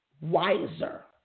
wiser